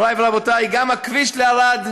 מוריי ורבותיי, גם הכביש לערד,